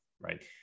right